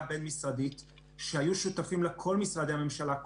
בין-משרדית שהיו שותפים לה כל משרדי הממשלה,